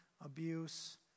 abuse